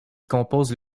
composent